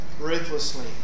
ruthlessly